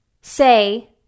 say